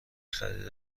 خرید